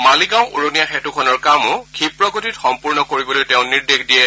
মালিগাঁও উৰণীয়া সেঁতুখনৰ কামো ক্ষিপ্ৰগতিত সম্পূৰ্ণ কৰিবলৈ তেওঁ নিৰ্দেশ দিয়ে